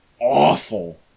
Awful